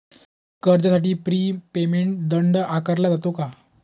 कर्जासाठी prepayment दंड आकारला जातो का?